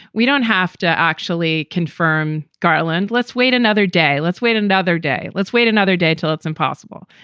we don't have to actually confirm garland. let's wait another day. let's wait another day. let's wait another day till it's impossible.